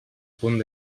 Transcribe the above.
punt